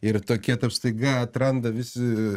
ir tokie taip staiga atranda visi